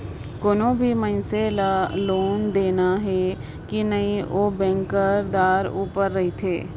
कोनो भी मइनसे ल लोन देना अहे कि नई ओ बेंकदार उपर रहथे